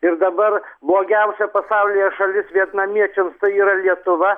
ir dabar blogiausia pasaulyje šalis vietnamiečiams tai yra lietuva